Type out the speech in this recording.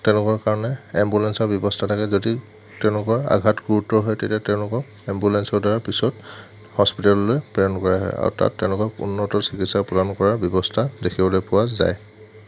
তেওঁলোকৰ কাৰণে এম্বুলেন্সৰ ব্যৱস্থা থাকে যদি তেওঁলোকৰ আঘাত গুৰুতৰ হয় তেতিয়া তেওঁলোকক এম্বুলেন্সৰ দ্বাৰা পিছত হস্পিটাললৈ প্ৰেৰণ কৰা হয় আৰু তাত তেওঁলোকক উন্নত চিকিৎসা প্ৰদান কৰাৰ ব্যৱস্থা দেখিবলৈ পোৱা যায়